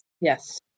Yes